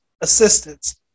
assistance